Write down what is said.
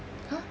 !huh!